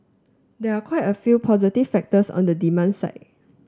there are quite a few positive factors on the demand side